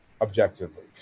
Objectively